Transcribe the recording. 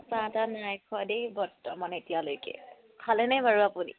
চাহ তাহ নাই খোৱা দেই বৰ্তমানলৈকে খালে নাই বাৰু আপুনি